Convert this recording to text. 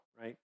right